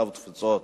הקליטה והתפוצות.